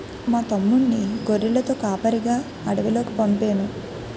మా తమ్ముణ్ణి గొర్రెలతో కాపరిగా అడవిలోకి పంపేను